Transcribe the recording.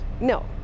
no